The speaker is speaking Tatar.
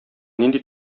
нинди